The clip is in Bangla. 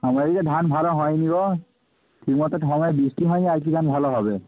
আমাদের এদিকে ধান ভালো হয়নি গো ঠিক মতো বৃষ্টি হয়নি আর কী ধান ভালো হবে